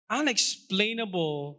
unexplainable